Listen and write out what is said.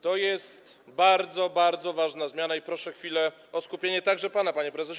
To jest bardzo, bardzo ważna zmiana i proszę o chwilę skupienia, także pana, panie prezesie.